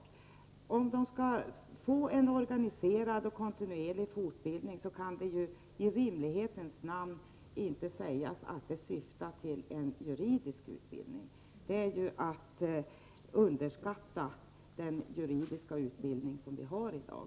Om nämndemännen skall få en organiserad och kontinuerlig fortbildning, kan vi inte i rimlighetens namn säga att det syftar till en juridisk utbildning — det är ju att underskatta den juridiska utbildning som vi har i dag.